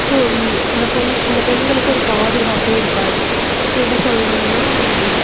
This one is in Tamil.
ஸோ இந்த பொண் இந்த பெண்களுக்கு ஒரு பாதுகாப்பே இருக்காது எப்படி சொல்கிறீங்கன்னா